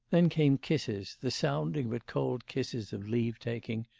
then came kisses, the sounding but cold kisses of leave-taking,